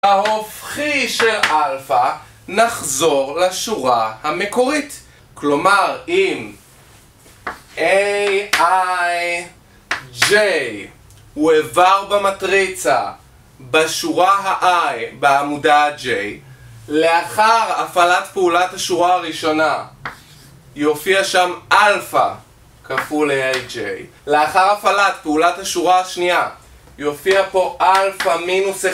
ההופכי של Alpha נחזור לשורה המקורית. כלומר, אם Aij הוא איבר במטריצה בשורה ה-I בעמודה ה-J לאחר הפעלת פעולת השורה הראשונה, יופיע שם Alpha כפול Aij לאחר הפעלת פעולת השורה השנייה יופיע פה Alpha מינוס אחד